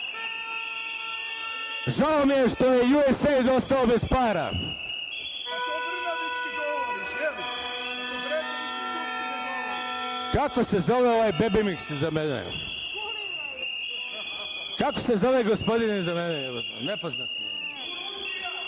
Žao mi je što je USAID ostao bez para...Kako se zove ovaj „bebimiks“ iza mene? Kako se zove gospodin iza mene? Nepoznat mi je.